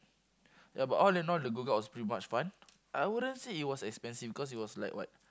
ya but all and all the go kart was pretty much fun I wouldn't say that it was expensive because it was like what